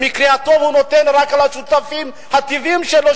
במקרה הטוב הוא נותן רק לשותפים הטבעיים שלו,